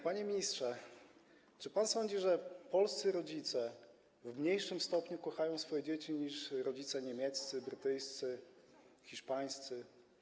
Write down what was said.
Panie ministrze, czy pan sądzi, że polscy rodzice w mniejszym stopniu kochają swoje dzieci niż rodzice niemieccy, brytyjscy, hiszpańscy?